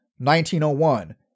1901